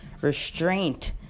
restraint